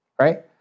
right